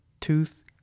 tooth